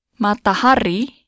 Matahari